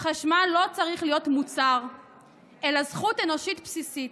חשמל לא צריך להיות מוצר אלא זכות אנושית בסיסית.